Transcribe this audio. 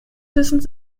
wissens